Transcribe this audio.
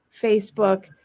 Facebook